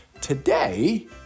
Today